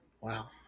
Wow